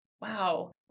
wow